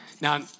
Now